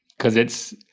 because it's,